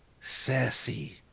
sassy